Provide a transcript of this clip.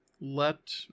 let